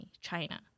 China